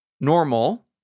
normal